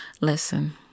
Listen